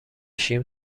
شیم